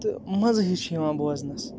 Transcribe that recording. تہٕ مَزٕ ہِیوٗ چھُ یِوان بوزنَس